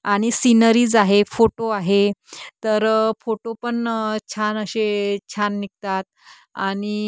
आणि सीनरीज आहे फोटो आहे तर फोटो पण छान असे छान निघतात आणि